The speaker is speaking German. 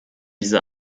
diese